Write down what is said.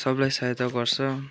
सबलाई सहायता गर्छ